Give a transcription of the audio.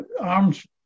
arms